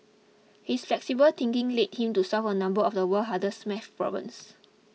his flexible thinking led him to solve a number of the world's hardest math problems